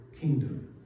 kingdom